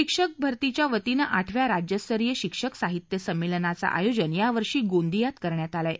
शिक्षक भारतीच्या वतीनं आठव्या राज्य स्तरीय शिक्षक साहित्य संमेलनाचं आयोजन यावर्षी गोंदियात करण्यात आलं आहे